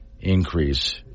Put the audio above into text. increase